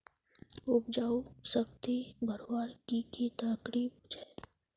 उपजाऊ शक्ति बढ़वार की की तरकीब छे?